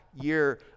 year